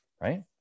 right